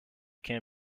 can